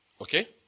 Okay